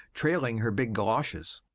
trailing her big goloshes